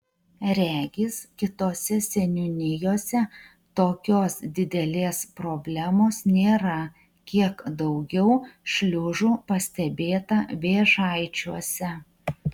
regis kitose seniūnijose tokios didelės problemos nėra kiek daugiau šliužų pastebėta vėžaičiuose